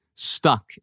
stuck